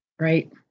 Right